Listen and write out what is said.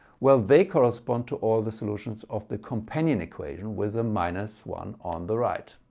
well they correspond to all the solutions of the companion equation, with a minus one on the right.